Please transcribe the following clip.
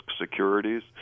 securities